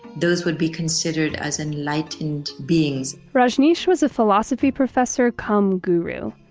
those would be considered as enlightened beings rajneesh was a philosophy professor come guru.